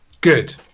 good